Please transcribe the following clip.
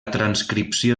transcripció